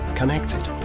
connected